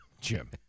Jim